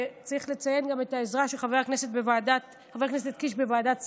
צריך לציין גם את העזרה של חבר הכנסת קיש בוועדת שרים,